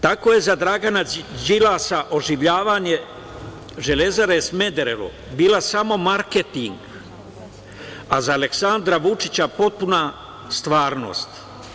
Tako je za Dragana Đilasa oživljavanje Železare Smederevo bio samo marketing, a za Aleksandra Vučića potpuna stvarnost.